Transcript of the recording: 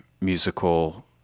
musical